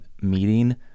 meeting